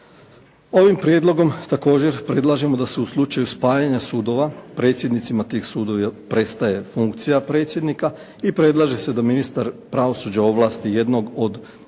Ovim prijedlogom također predlažemo da se u slučaju spajanja sudova predsjednicima tih sudova prestaje funkcija predsjednika i predlaže se da ministar pravosuđa ovlasti jednog od sudaca